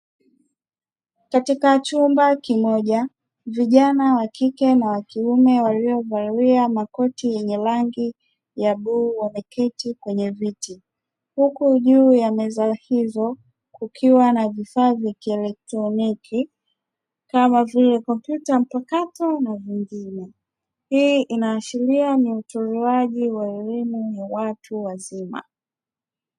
Katika chumba kimoja vijana wa kike na wa kiume waliovalia makoti yenye rangi ya bluu, wameketi kwenye viti huku juu ya meza hizo kukiwa na vifaa vya kielektroniki, kama vile kompyuta mpakato na vingine. Hii inaashiria ni utolewaji wa elimu ya watu wazima.